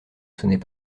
sonnait